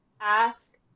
ask